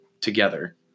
together